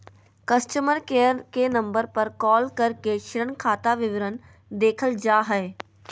customer care के number पर call करके ऋण खाता विवरण देखल जा हय